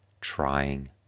trying